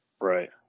Right